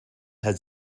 had